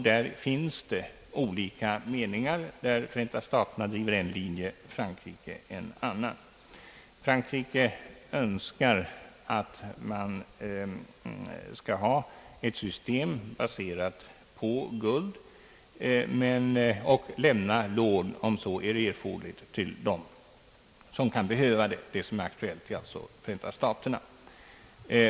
Där finns olika meningar, där t.ex. Förenta staterna driver en linje och Frankrike en annan. Frankrike önskar ett system baserat på guld och på att lämna lån, om så är erforderligt, till dem som kan behöva det. Det land som är aktuellt för lån nu är således Förenta staterna.